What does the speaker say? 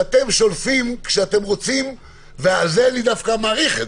שאתם שולפים כשאתם רוצים, ואת זה אני דווקא מעריך.